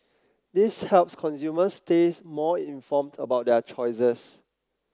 this helps consumers stays more informed about their choices